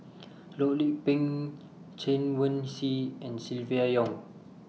Loh Lik Peng Chen Wen Hsi and Silvia Yong